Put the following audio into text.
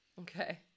okay